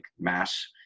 mass